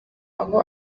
aho